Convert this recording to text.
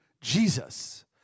Jesus